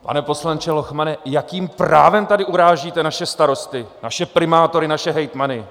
Pane poslanče Lochmane, jakým právem tady urážíte naše starosty, naše primátory, naše hejtmany?